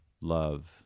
love